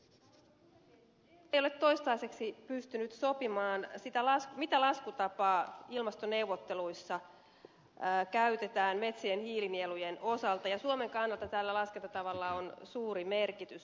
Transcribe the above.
eu ei ole toistaiseksi pystynyt sopimaan mitä laskutapaa ilmastoneuvotteluissa käytetään metsien hiilinielujen osalta ja suomen kannalta tällä laskentatavalla on suuri merkitys